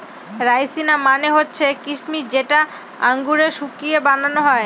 রাইসিনা মানে হচ্ছে কিসমিস যেটা আঙুরকে শুকিয়ে বানানো হয়